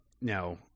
now